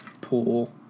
pool